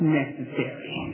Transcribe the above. necessary